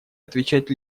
отвечать